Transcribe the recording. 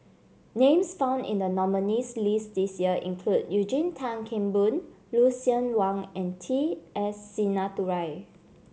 names found in the nominees' list this year include Eugene Tan Kheng Boon Lucien Wang and T S Sinnathuray